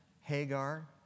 Hagar